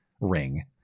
ring